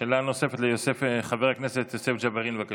שאלה נוספת, לחבר הכנסת יוסף ג'בארין, בבקשה.